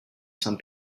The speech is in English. some